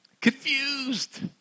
confused